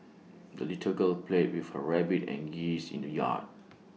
the little girl played with her rabbit and geese in the yard